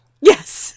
Yes